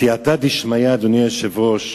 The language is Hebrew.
הסייעתא דשמיא, אדוני היושב-ראש,